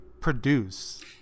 produce